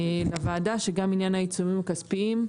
לוועדה שגם עניין העיצומים הכספיים,